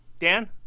Dan